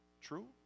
true